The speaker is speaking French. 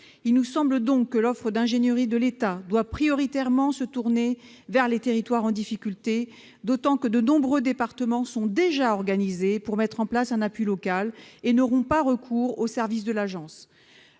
Il nous semble donc que l'offre d'ingénierie de l'État doit prioritairement se tourner vers les territoires en difficulté, d'autant que de nombreux départements sont déjà organisés pour mettre en place un appui local et n'auront pas recours aux services de l'agence.